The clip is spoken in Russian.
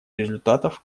результатов